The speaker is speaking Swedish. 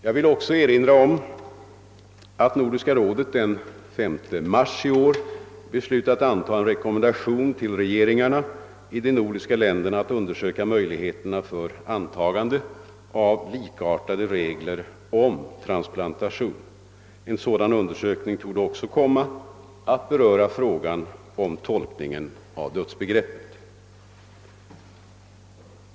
Jag vill också erinra om att Nordiska rådet den 5 mars i år beslutat anta en rekommendation till regeringarna i de nordiska länderna att undersöka möjligheterna för antagande av likartade regler om transplantation. En sådan undersökning torde också komma att beröra frågan om tolkningen av dödsbegreppet.